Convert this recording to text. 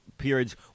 Periods